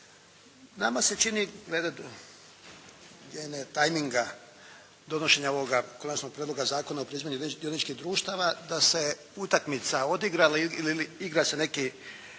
Nama se čini glede tajminga donošenja ovoga Konačnog prijedloga Zakona o preuzimanju dioničkih društava da se utakmica odigra ili igra se neki,